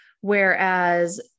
Whereas